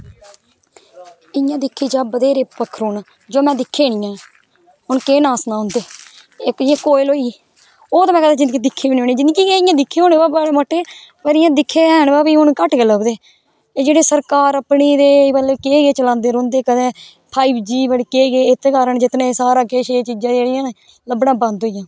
इ'यां दिक्खेआ जाऽ बत्हेरे पक्खरू न जेह्के में दिक्के गै नी हैन हून केह् नांऽ सनां उं'दे इक इ'यै कोयल होई ओह् में कदैं दिक्खियै गै नी कदैं दिक्खी होनी पर इ'यां दिक्के दे तेहैन पर हून घट्टगै लब्भदे जेह्ड़ी सरकार अपनी ते केह् केह् चलांदी रौंह्दी कदैं फाईवजी पता नी केह् केह् इत्त कारन सारा किश एह् चीजां न लब्भनां बंद होइयां